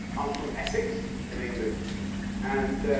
i'm from essex in england and